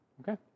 Okay